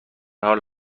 حال